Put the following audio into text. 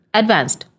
advanced